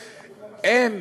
הם,